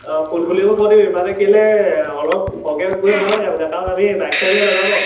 অঁ ফুলফুলিকো কৈ দিবি মানে কেলৈ অলপ সৰহকৈ গৈ ভাল লাগে মানে কাৰণ আমি এই বাইক চাইক লৈ নাযাওঁ ন